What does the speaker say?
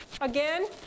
again